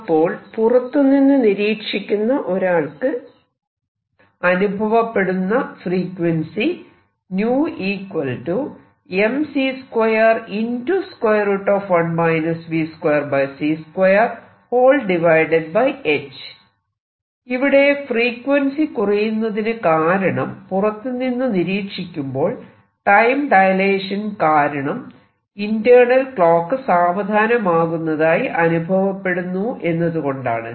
അപ്പോൾ പുറത്തുനിന്നു നിരീക്ഷിക്കുന്ന ഒരാൾക്ക് അനുഭവപ്പെടുന്ന ഫ്രീക്വൻസി ഇവിടെ ഫ്രീക്വൻസി കുറയുന്നതിന് കാരണം പുറത്തുനിന്നു നിരീക്ഷിക്കുമ്പോൾ ടൈം ഡയലേഷൻ കാരണം ഇന്റേണൽ ക്ലോക്ക് സാവധാനമാകുന്നതായി അനുഭവപ്പെടുന്നു എന്നതുകൊണ്ടാണ്